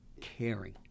caring